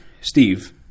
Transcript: Steve